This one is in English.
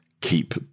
keep